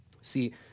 See